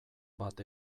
bat